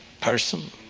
person